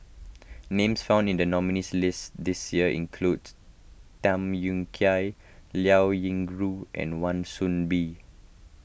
names found in the nominees' list this year include Tham Yui Kai Liao Yingru and Wan Soon Bee